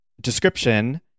description